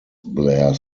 blair